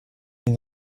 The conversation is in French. une